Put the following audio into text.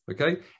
okay